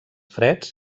freds